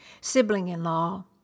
sibling-in-law